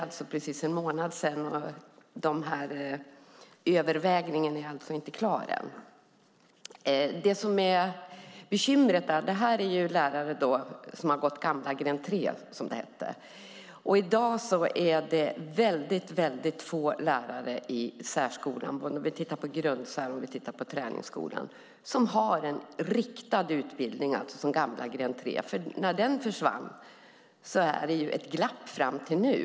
Detta övervägande är alltså inte klart än. Detta handlar om lärare som har gått gamla gren 3, som det hette. I dag är det få lärare i särskolan, både i grundsärskolan och i träningsskolan, som har en riktad utbildning, alltså som gamla gren 3. Det är ett glapp sedan den försvann och fram till nu.